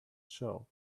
show